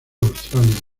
australia